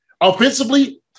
Offensively